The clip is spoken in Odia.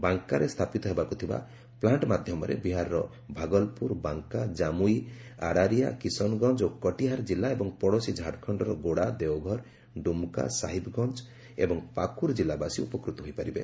ବାଙ୍କାରେ ସ୍ଥାପିତ ହେବାକୁ ଥିବା ପ୍ଲାର୍କ୍ଷ ମାଧ୍ୟମରେ ବିହାରର ଭାଗଲପୁର ବାଙ୍କା ଜାମୁଇ ଆରାରିଆ କିଶନଗଞ୍ଜ ଓ କଟିହାର ଜିଲ୍ଲା ଏବଂ ପଡ଼ୋଶୀ ଝାଡ଼ଖଣ୍ଡର ଗୋଡା ଦେଓଘର ଡୁମକା ସାହିବଗଞ୍ଜ ଏବଂ ପାକୁର ଜିଲ୍ଲାବାସୀ ଉପକୃତ ହୋଇପାରିବେ